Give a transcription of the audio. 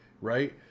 right